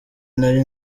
nari